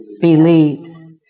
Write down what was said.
believes